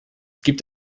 gibt